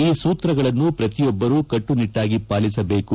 ಈ ಸೂತ್ರಗಳನ್ನು ಪ್ರತಿಯೊಬ್ಬರು ಕಟ್ಟುನಿಟ್ಟಾಗಿ ಪಾಲಿಸಬೇಕು